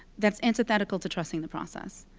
that's antithetical to trusting the process.